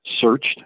searched